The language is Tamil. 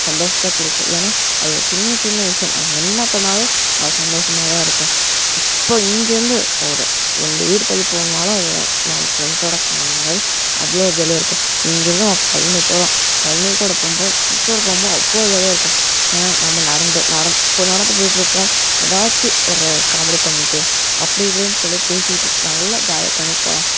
சந்தோஷத்தைக் கொடுக்கும் ஏன்னால் அது ஒரு சின்ன சின்ன விஷயம் நம்ம என்ன பண்ணிணாலும் அது சந்தோஷமாகதான் இருக்கும் இப்போ இங்கிருந்து ஒரு ரெண்டு வீடு தள்ளிப் போனாலும் அது நம்ம ஃபிரண்ட்ஸோடு போணுங்கபோது அவ்வளோ ஜாலியாக இருக்கும் இங்கெல்லாம் பழனி போகிறோம் பழனிக்கூட போகும்போது ஃபிரண்ட்ஸோடு போகும்போது அவ்வளோ ஜாலியாக இருக்கும் ஏன்னால் நம்ம நடந்து நடந் இப்போது நடந்து போய்கிட்டு இருப்போம் ஏதாச்சி ஒரு காமெடி பண்ணிகிட்டு அப்படி இப்படினு சொல்லி பேசிக்கிட்டு நல்லா ஜாலியாக பண்ணிகிட்டுப் போகலாம்